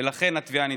ולכן התביעה נדחית.